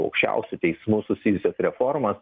aukščiausiu teismu susijusias reformas